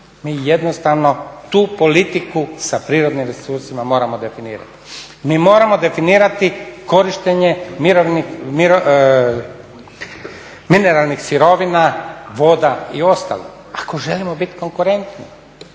Mi jednostavno tu politiku sa prirodnim resursima moramo definirati, mi moramo definirati korištenje mineralnih sirovina, voda i ostalog ako želimo biti konkurenti.